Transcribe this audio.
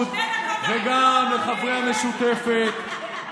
שתי דקות עברו ולא אמרת ביבי.